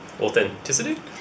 authenticity